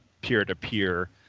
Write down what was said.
peer-to-peer